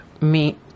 meet